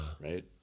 Right